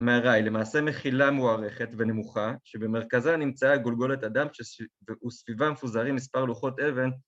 ‫מערי, למעשה מכילה מוערכת ונמוכה, ‫שבמרכזה נמצאה גולגולת אדם ‫שס.. וסביבה מפוזרים ‫לספר לוחות אבן.